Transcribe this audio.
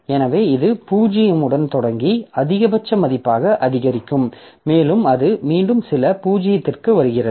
எனவே இது 0 உடன் தொடங்கி அதிகபட்ச மதிப்பாக அதிகரிக்கும் மேலும் அது மீண்டும் சில 0 க்கு வருகிறது